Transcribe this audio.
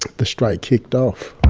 the strike kicked off